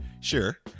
Sure